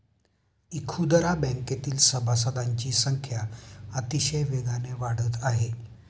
इखुदरा बँकेतील सभासदांची संख्या अतिशय वेगाने वाढत आहे